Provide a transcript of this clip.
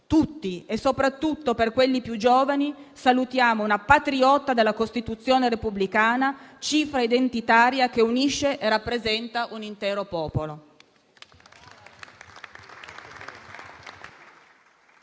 tutti e soprattutto per quelli più giovani, salutiamo una patriota della Costituzione repubblicana, cifra identitaria che unisce e rappresenta un intero popolo.